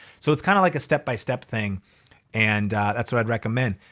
so it's kinda like a step-by-step thing and that's what i'd recommend.